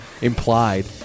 implied